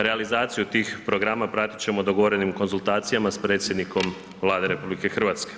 Realizaciju tih programa pratit ćemo dogovorenim konzultacijama s predsjednikom Vlade RH.